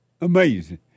Amazing